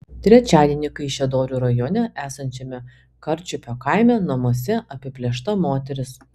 trečiadienį kaišiadorių rajone esančiame karčiupio kaime namuose apiplėšta moteris